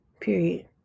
period